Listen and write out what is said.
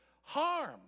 harm